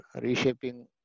reshaping